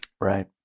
Right